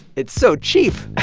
it's so cheap.